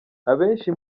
abenshi